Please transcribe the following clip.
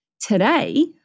Today